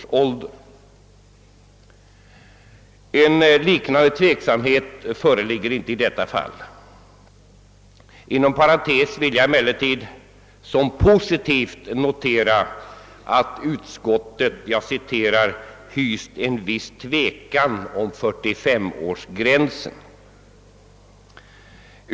Någon liknande tveksamhet föreligger inte i detta fall. Inom parentes vill jag emellertid som positivt notera att utskottet »hyst en viss tvekan om 45-årsgränsen».